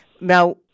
Now